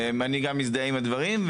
אני גם מזדהה עם הדברים,